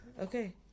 Okay